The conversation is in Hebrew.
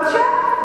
בבקשה.